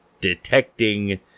detecting